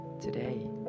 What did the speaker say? Today